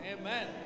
Amen